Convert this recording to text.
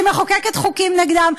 שמחוקקת חוקים נגדם,